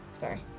Sorry